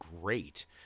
great